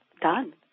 done